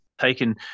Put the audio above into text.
taken